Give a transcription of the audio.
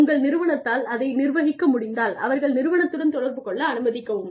உங்கள் நிறுவனத்தால் அதை நிர்வகிக்க முடிந்தால் அவர்கள் நிறுவனத்துடன் தொடர்பு கொள்ள அனுமதிக்கவும்